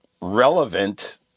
relevant